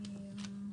עקרונית,